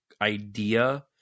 idea